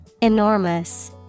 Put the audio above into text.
Enormous